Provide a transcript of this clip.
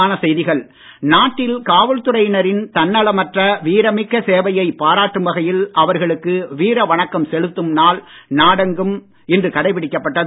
காவலர் வீர வணக்கம் நாட்டில் காவல் துறையினரின் தன்னலமற்ற வீரமிக்க சேவையை பாராட்டும் வகையில் அவர்களுக்கு வீரவணக்கம் செலுத்தும் நாள் நாடெங்கும் இன்று கடைபிடிக்கப்பட்டது